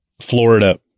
Florida